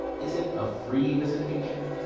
is it a free visitation?